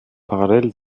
parallel